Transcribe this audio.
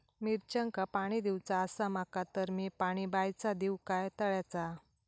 मिरचांका पाणी दिवचा आसा माका तर मी पाणी बायचा दिव काय तळ्याचा?